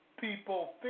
people